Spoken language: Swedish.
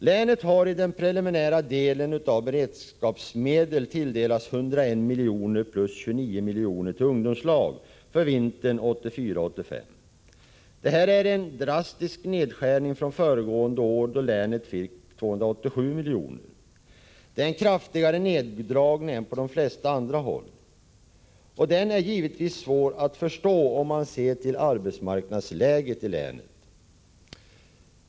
Länet har i den preliminära fördelningen av beredskapsmedel tilldelats 101 miljoner, plus 29 miljoner till ungdomslag, för vintern 1984-1985. Det är en drastisk nedskärning från föregående år, då länet fick 287 miljoner. Neddragningen är kraftigare än på de flesta andra håll. Den är givetvis svår att förstå om man ser till arbetsmarknadsläget i länet.